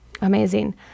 Amazing